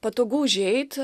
patogu užeit